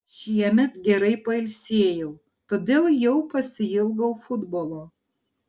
šiemet gerai pailsėjau todėl jau pasiilgau futbolo